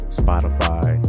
spotify